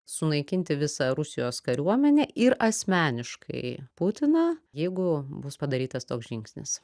sunaikinti visą rusijos kariuomenę ir asmeniškai putiną jeigu bus padarytas toks žingsnis